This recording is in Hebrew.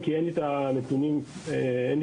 כי אין לי גישה לנתונים האלה.